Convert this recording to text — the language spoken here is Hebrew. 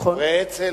חברי אצ"ל,